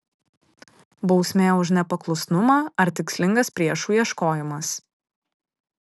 bausmė už nepaklusnumą ar tikslingas priešų ieškojimas